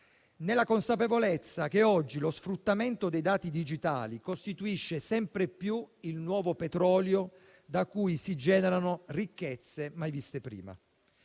nella consapevolezza che oggi lo sfruttamento dei dati digitali costituisce sempre più il nuovo petrolio da cui si generano ricchezze mai viste prima.